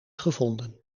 gevonden